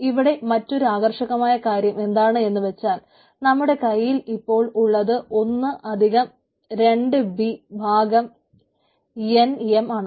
ഇവിടെ മറ്റൊരു ആകർഷയമായ കാര്യം എന്താണെന്നു വച്ചാൽ നമ്മുടെ കൈയിൽ ഇപ്പോൾ ഉള്ളത് ഒന്ന് അധികം രണ്ട്ബി ഭാഗം എൻ എം ആണ്